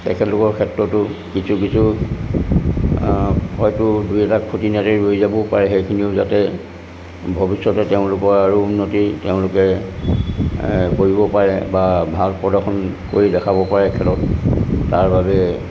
তেখেতলোকৰ ক্ষেত্ৰতো কিছু কিছু হয়তো দুই এটা ক্ষতি নাতি ৰৈ যাবও পাৰে সেইখিনিও যাতে ভৱিষ্যতে তেওঁলোকৰ আৰু উন্নতি তেওঁলোকে কৰিব পাৰে বা ভাল প্ৰদৰ্শন কৰি দেখাব পাৰে খেলত তাৰ বাবে